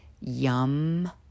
Yum